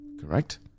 Correct